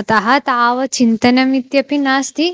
अतः तावत् चिन्तनम् इत्यपि नास्ति